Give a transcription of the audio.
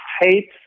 hate